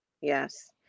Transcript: yes